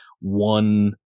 one